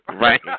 Right